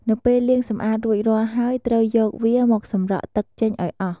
នៅពេលលាងសម្អាតរួចរាល់ហើយ ត្រូវយកវាមកសម្រក់ទឹកចេញឱ្យអស់។